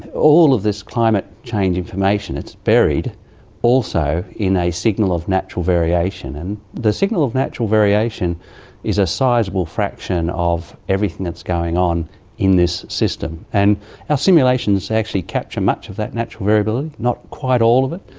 all of this climate change information, it's buried also in a signal of natural variation, and the signal of natural variation is a sizeable fraction of everything that's going on in this system. our and ah simulations actually capture much of that natural variability, not quite all of it,